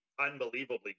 unbelievably